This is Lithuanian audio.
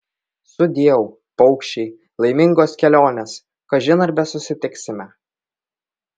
sudieu paukščiai laimingos kelionės kažin ar besusitiksime